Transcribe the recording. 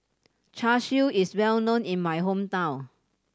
Char Siu is well known in my hometown